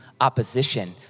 opposition